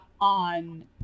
on